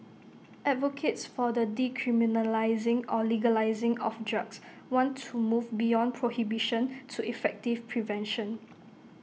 advocates for the decriminalising or legalising of drugs want to move beyond prohibition to effective prevention